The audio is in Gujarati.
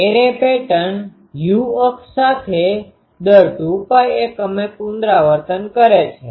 તેથી એરે પેટર્ન u અક્ષ સાથે દર 2Π એકમે પુનરાવર્તન કરે છે